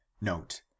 Note